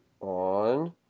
on